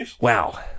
Wow